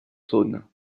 saône